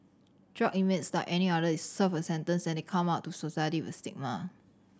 drug inmates like any other they serve a sentence and they come out to society with a stigma